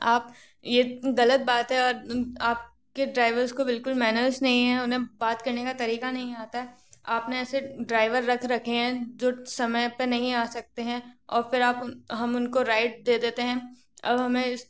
आप ये ग़लत बात है और आप के ड्रायवर्स को बिल्कुल मैनर्स नहीं है उन्हें बात करने का तरीक़ा नहीं आता आप ने ऐसे ड्रायवर रख रखे हैं जो समय पर नहीं आ सकते हैं औ फिर आप उन हम उनको राइड दे देते हैं अब हमें इस